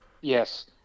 yes